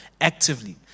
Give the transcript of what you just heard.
actively